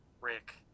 Rick